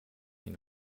ihn